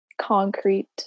concrete